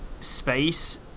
space